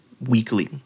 weekly